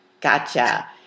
Gotcha